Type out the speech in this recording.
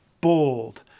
Bold